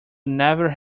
never